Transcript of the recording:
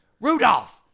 Rudolph